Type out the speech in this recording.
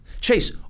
Chase